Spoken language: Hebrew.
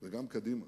וגם קדימה,